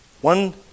One